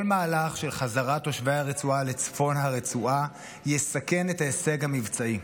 כל מהלך של חזרת תושבי הרצועה לצפון הרצועה יסכן את ההישג המבצעי,